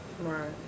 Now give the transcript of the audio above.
Right